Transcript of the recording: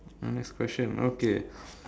my next question okay